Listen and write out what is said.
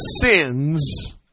sins